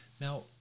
Now